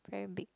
very big